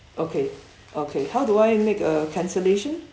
okay okay how do I make a cancellation